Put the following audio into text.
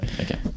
Okay